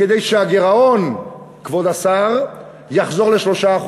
כדי שהגירעון, כבוד השר, יחזור ל-3%.